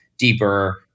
deeper